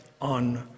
on